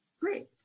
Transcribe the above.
Great